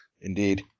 Indeed